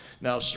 Now